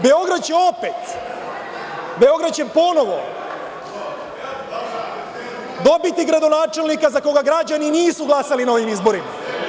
Beograd će opet, Beograd će ponovo dobiti gradonačelnika za koga građani nisu glasali na ovim izborima.